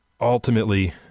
Ultimately